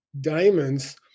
diamonds